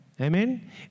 Amen